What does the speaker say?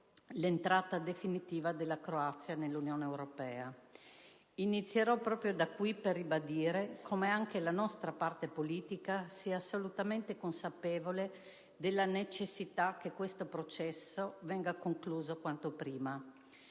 l'entrata definitiva della Croazia nell'Unione europea. Inizierò proprio da qui per ribadire come anche la nostra parte politica sia assolutamente consapevole della necessità che questo processo venga concluso quanto prima.